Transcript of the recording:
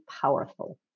powerful